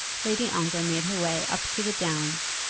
lady ongar made her way up to the downs,